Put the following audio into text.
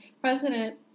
President